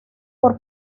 por